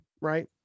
right